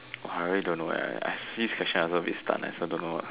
ah I really don't know eh I see this question I also a bit stun eh I also don't know